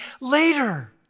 later